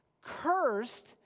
cursed